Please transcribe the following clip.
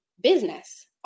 business